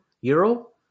euro